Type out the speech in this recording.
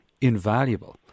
invaluable